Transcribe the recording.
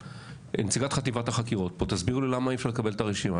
נציגת חטיבת החקירות תסביר למה אי אפשר לקבל את הרשימה,